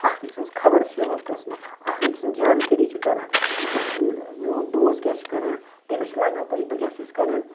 اَکھ أکۍ سٕنٛز خبر چھِ یِوان پِرٛژھنہٕ اَکھ أکۍ سٕنٛز جانکٲری چھِ کَران یہِ کیٛاہ چھِ میون دوس کیٛاہ چھِ کَران تٔمِس چھِ لَگان پَے بہٕ کیٛاہ چھُس کَران